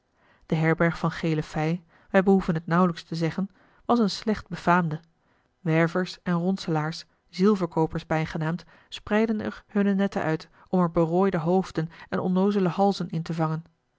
de herberg van gele fij wij behoeven het nauwelijks te zeggen was eene slecht befaamde wervers en ronselaars zielverkoopers bijgenaamd spreidden er hunne netten uit om er berooide hoofden en onnoozele halzen in te vangen